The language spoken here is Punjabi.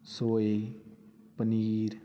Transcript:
ਸੋਏ ਪਨੀਰ